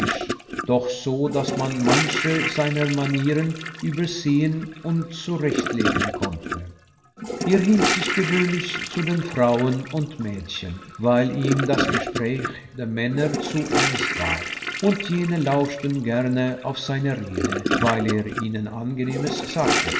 doch so daß man manche seiner manieren übersehen und zurechtlegen konnte er hielt sich gewöhnlich zu den frauen und mädchen weil ihm das gespräch der männer zu ernst war und jene lauschten gerne auf seine rede weil er ihnen angenehmes sagte